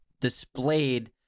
displayed